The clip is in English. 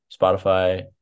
Spotify